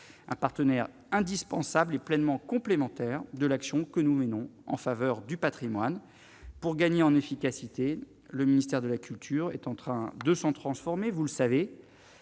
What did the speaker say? un partenaire indispensable et pleinement complémentaire de l'action que nous menons en faveur du Patrimoine pour gagner en efficacité, le ministère de la culture est en train de transformé, vous le savez